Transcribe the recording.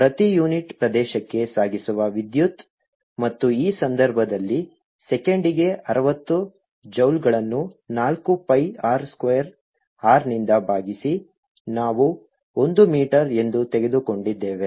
ಪ್ರತಿ ಯೂನಿಟ್ ಪ್ರದೇಶಕ್ಕೆ ಸಾಗಿಸುವ ವಿದ್ಯುತ್ ಮತ್ತು ಈ ಸಂದರ್ಭದಲ್ಲಿ ಸೆಕೆಂಡಿಗೆ ಅರವತ್ತು ಜೌಲ್ಗಳನ್ನು ನಾಲ್ಕು pi r ಸ್ಕ್ವೇರ್ r ನಿಂದ ಭಾಗಿಸಿ ನಾವು ಒಂದು ಮೀಟರ್ ಎಂದು ತೆಗೆದುಕೊಂಡಿದ್ದೇವೆ